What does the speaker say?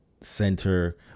center